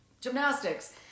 gymnastics